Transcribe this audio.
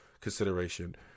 consideration